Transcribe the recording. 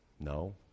No